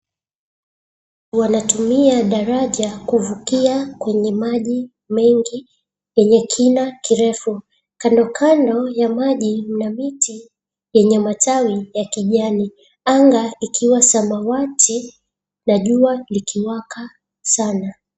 Wanatumia daraja kuvukia kwenye maji mengi yenye kina kirefu, kando kando ya maji mna miti yenye matawi ya kijani, anga ikiwa samawati na jua likiwaka sana.